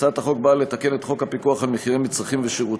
הצעת החוק באה לתקן את חוק פיקוח על מחירי מצרכים ושירותים